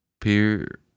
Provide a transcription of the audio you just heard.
peer